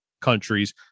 countries